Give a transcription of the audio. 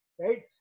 right